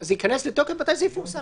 זה ייכנס לתוקף מתי שזה יפורסם.